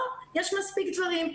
לא, יש מספיק דברים.